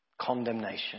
condemnation